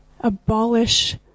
abolish